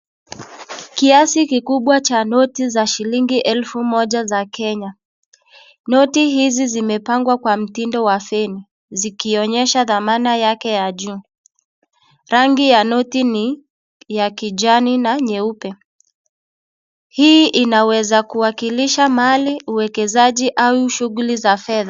Kiasi kikubwa cha noti za shilingi elfu moja za Kenya. Noti hizi zimepangwa kwa mtindo wa feni zikionyesha dhamana yake ya juu. Rangi ya noti ni ya kijani na nyeupe. Hii inaweza kuwakilisha mahali uwekezaji au shughuli za fedha.